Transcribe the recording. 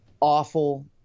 awful